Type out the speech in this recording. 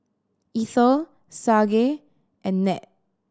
Eithel Sage and Ned